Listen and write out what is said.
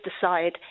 decide